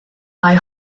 mae